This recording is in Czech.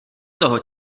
toho